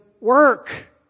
work